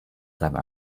seinem